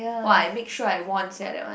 !wah! I make sure I won sia that one